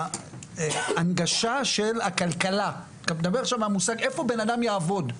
ההנגשה של הכלכלה, איפה בנאדם יעבוד.